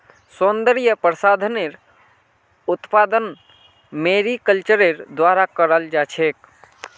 सौन्दर्य प्रसाधनेर उत्पादन मैरीकल्चरेर द्वारा कियाल जा छेक